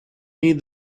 need